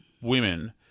women